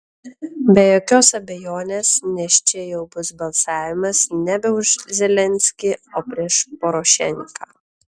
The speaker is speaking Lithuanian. be jokios abejonės nes čia jau bus balsavimas nebe už zelenskį o prieš porošenką